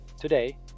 Today